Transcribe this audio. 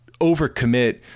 overcommit